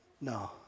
No